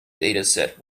dataset